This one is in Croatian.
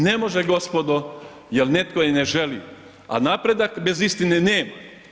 Ne može, gospodo, jer netko i ne želi, a napredak bez istine nema.